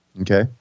Okay